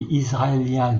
israélien